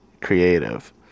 creative